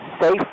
safe